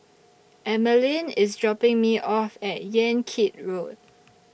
Emeline IS dropping Me off At Yan Kit Road